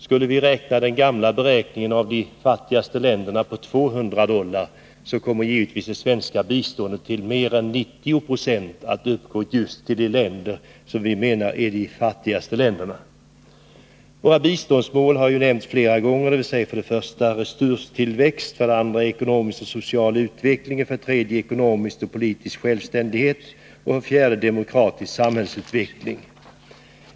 Skulle vi använda den gamla beräkningen för de fattigaste länderna och räkna med 200 dollar, skulle givetvis det svenska biståndet komma att till mer än 90 96 utgå till just de länder som vi anser vara de fattigaste. Våra biståndsmål har nämnts flera gånger. De är: 3. ekonomisk och politisk självständighet och 4. en demokratisk samhällsutveckling.